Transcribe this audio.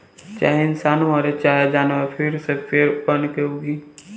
चाहे इंसान मरे चाहे जानवर फिर से पेड़ बनके उगी